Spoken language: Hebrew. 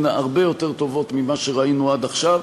הרבה יותר טובות ממה שראינו עד עכשיו,